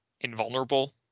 invulnerable